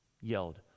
yelled